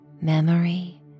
memory